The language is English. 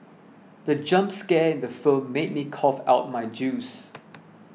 the jump scare in the film made me cough out my juice